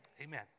Amen